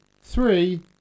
three